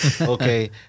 Okay